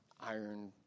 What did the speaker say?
iron